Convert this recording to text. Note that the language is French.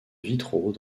vitraux